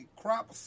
crop